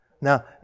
Now